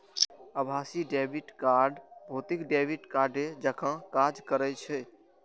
आभासी debit card भौतिक debit कार्डे जकां काज करै छै